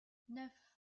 neuf